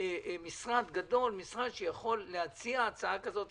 משרד גדול שיכול להציע הצעה כזאת.